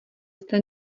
zde